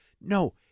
No